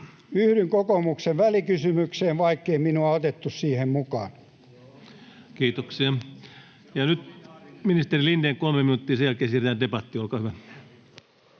Yhdyn kokoomuksen välikysymykseen, vaikkei minua otettu siihen mukaan. Kiitoksia. — Nyt ministeri Lindén, kolme minuuttia, ja sen jälkeen siirrytään debattiin. — Olkaa hyvä.